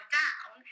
down